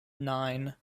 nine